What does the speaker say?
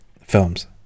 films